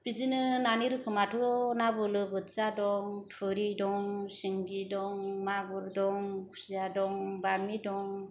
बिदिनो नानि रोखोमानोथ' ना बालाबाथिया दं थुरि दं सिंगि दं मागुर दं खुसिया दं बामि दं